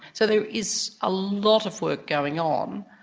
so there is a lot of work going on,